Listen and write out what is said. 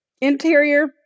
Interior